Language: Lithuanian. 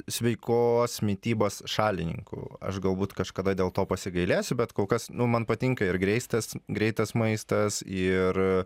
sveikos mitybos šalininku aš galbūt kažkada dėl to pasigailėsiu bet kol kas nu man patinka ir greistas greitas maistas ir